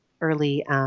early